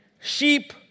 sheep